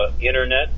internet